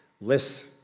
less